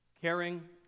caring